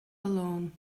alone